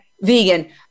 vegan